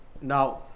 Now